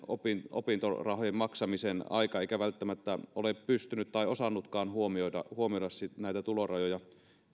opintorahojen maksamisen aika eikä välttämättä ole pystynyt tai osannutkaan huomioida huomioida näitä tulorajoja